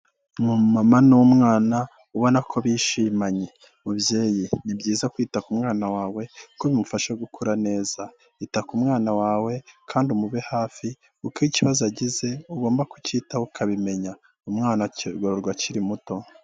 Umumama n'umwana ubona ko bishimanye. Mubyeyi ni byiza kwita ku mwana wawe kuko bimufasha gukura neza. Ita ku mwana wawe kandi umube hafi kuko ikibazo agize, ugomba kucyitaho ukabimenya. Umwana agororwa akiri muto.